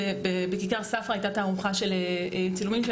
בכיכר ספרא הייתה תערוכה של צילומים של